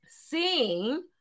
Seeing